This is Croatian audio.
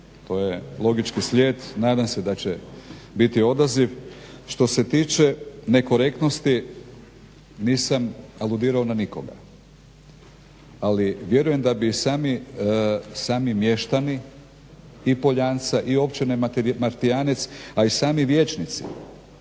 to je logični slijed, nadam se da će biti odaziv. Što se tiče nekorektnosti nisam aludirao na nikoga, ali vjerujem da bi sam mještani i POljanca i Općine Martijanec a i sami vijećnici,